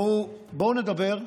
בואו נדבר,